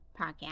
Podcast